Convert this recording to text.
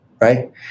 right